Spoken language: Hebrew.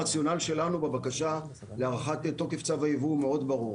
הרציונל שלנו בבקשה להארכת תוקף צו הייבוא מאוד ברור.